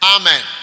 Amen